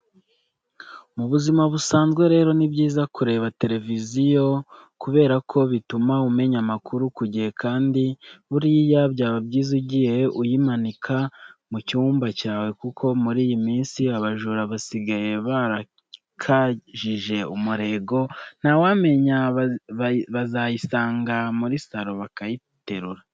Mu buzima busanzwe rero ni byiza kureba televiziyo kubera ko bituma umenya amakuru ku gihe kandi buriya byaba byiza ugiye uyimanika mu cyumba cyawe kuko muri iyi minsi abajura basigaye barakajije umurego, ntawamenya bazayisanga muri saro bakayiterura.